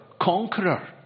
conqueror